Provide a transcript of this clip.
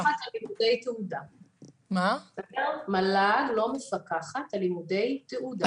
אני אמרתי המל"ג לא מפקחת על לימודי תעודה.